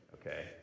okay